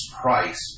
price